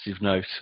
note